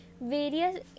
various